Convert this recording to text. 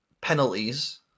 penalties